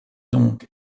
donc